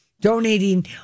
donating